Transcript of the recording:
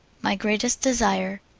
my greatest desire.